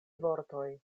vortoj